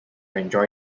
enjoy